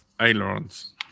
ailerons